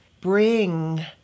bring